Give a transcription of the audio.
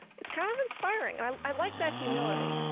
it's kind of inspiring. i like that humility.